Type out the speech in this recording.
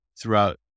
throughout